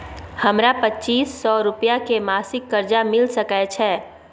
हमरा पच्चीस सौ रुपिया के मासिक कर्जा मिल सकै छै?